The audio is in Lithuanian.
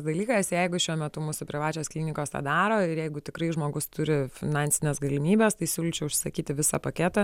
dalykas jeigu šiuo metu mūsų privačios klinikos tą daro jeigu tikrai žmogus turi finansines galimybes tai siūlyčiau užsakyti visą paketą